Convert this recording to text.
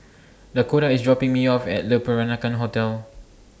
Dakoda IS dropping Me off At Le Peranakan Hotel